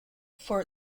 for